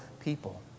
people